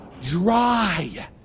dry